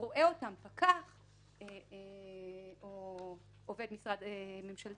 שרואה אותן פקח או עובד משרד ממשלתי,